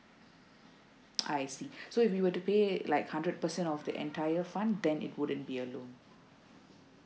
I see so if we were to paid like hundred percent of the entire fund then it wouldn't be a loan